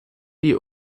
die